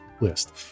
list